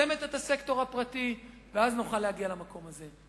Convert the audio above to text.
רותמת את הסקטור הפרטי, ואז נוכל להגיע למקום הזה.